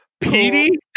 Petey